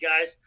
guys